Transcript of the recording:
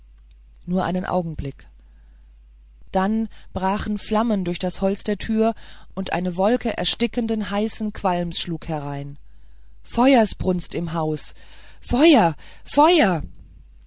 nur einen augenblick dann brachen flammen durch das holz der tür und eine wolke erstickenden heißen qualms schlug herein feuersbrunst im haus feuer feuer